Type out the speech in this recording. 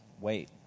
wait